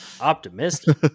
optimistic